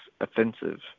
offensive